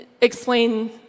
explain